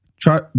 Try